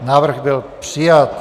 Návrh byl přijat.